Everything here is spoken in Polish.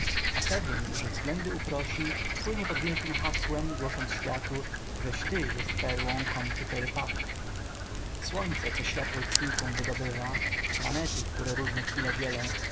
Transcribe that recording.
a pewien że względy uprosi płynie pod wielkiem hasłem głosząc światu żeś ty jest perłą konchy perypatu słońce co światłość znikłą wydobywa planety które różne chwile dzielą